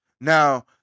Now